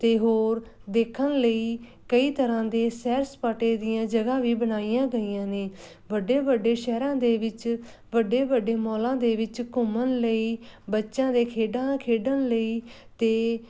ਅਤੇ ਹੋਰ ਦੇਖਣ ਲਈ ਕਈ ਤਰ੍ਹਾਂ ਦੇ ਸੈਰ ਸਪਾਟੇ ਦੀਆਂ ਜਗ੍ਹਾ ਵੀ ਬਣਾਈਆਂ ਗਈਆਂ ਨੇ ਵੱਡੇ ਵੱਡੇ ਸ਼ਹਿਰਾਂ ਦੇ ਵਿੱਚ ਵੱਡੇ ਵੱਡੇ ਮੌਲਾਂ ਦੇ ਵਿੱਚ ਘੁੰਮਣ ਲਈ ਬੱਚਿਆਂ ਦੇ ਖੇਡਾਂ ਖੇਡਣ ਲਈ ਅਤੇ